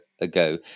ago